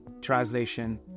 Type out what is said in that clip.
translation